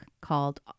called